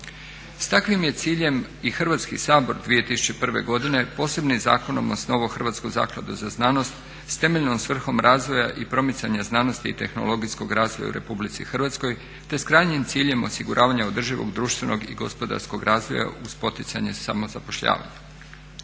S takvim je ciljem i Hrvatski sabor 2001. godine posebnim zakonom osnovao Hrvatsku zakladu za znanost s temeljnom svrhom razvoja i promicanja znanosti i tehnologijskog razvoja u Republici Hrvatskoj, te s krajnjim ciljem osiguravanja održivog društvenog i gospodarskog razvoja uz poticanje samozapošljavanja.